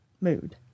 mood